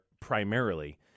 primarily